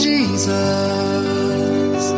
Jesus